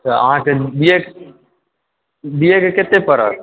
अहाँकेॅं दीअ के कते परत